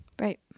Right